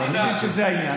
אני מבין שזה העניין.